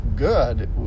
Good